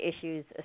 issues